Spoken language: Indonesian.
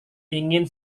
ingin